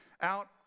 out